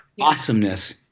Awesomeness